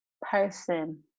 person